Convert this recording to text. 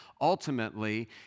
Ultimately